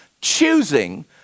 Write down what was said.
choosing